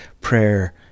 Prayer